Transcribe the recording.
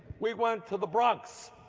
we went to the bronx.